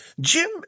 Jim